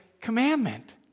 commandment